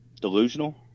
Delusional